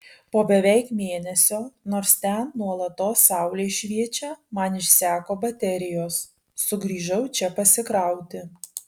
po beveik mėnesio nors ten nuolatos saulė šviečia man išseko baterijos sugrįžau čia pasikrauti